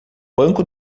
banco